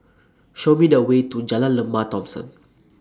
Show Me The Way to Jalan Lembah Thomson